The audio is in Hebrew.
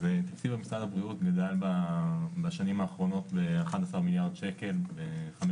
אז תקציב משרד הבריאות גדל בשנים האחרונות באחד עשר מיליארד שקל בחמש